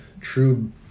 true